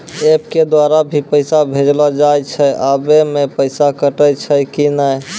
App के द्वारा भी पैसा भेजलो जाय छै आबै मे पैसा कटैय छै कि नैय?